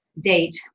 date